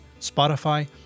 Spotify